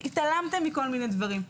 התעלמתם מכל מיני דברים.